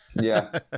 Yes